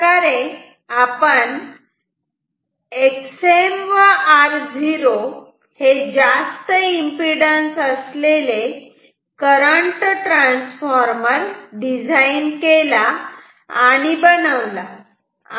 अशाप्रकारे आपण Xm व R0 जास्त एमपीडन्स असलेला करंट ट्रान्सफॉर्मर डिझाईन केला आणि बनवला